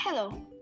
Hello